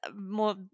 more